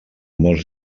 mos